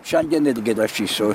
šiandien netgi rašysiu